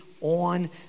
on